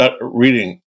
reading